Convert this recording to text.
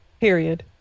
Period